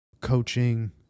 coaching